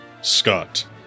Scott